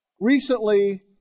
Recently